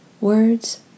words